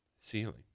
ceiling